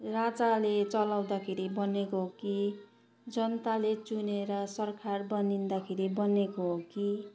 राजाले चलाउँदाखेरि बनिएको हो कि जनताले चुनेर सरकार बनिँदाखेरि बनिएको हो कि